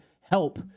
help